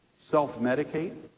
self-medicate